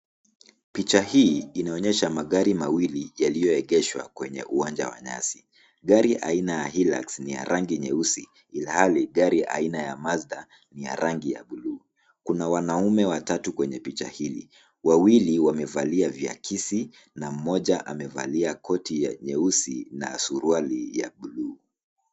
Picha hii inaonyesha magari mawili yaliyoegeshwa kwenye uwanja wa nyasi. Gari aina ya Hilux ni ya rangi nyeusi ilhali gari aina ya Mazda ni ya rangi ya buluu. Kuna wanaume watatu kwenye picha hili. Wawili wamevalia viakisi na mmoja amevalia koti nyeusi na suruali ya buluu.